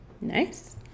Nice